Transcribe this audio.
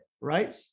right